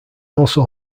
also